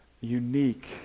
unique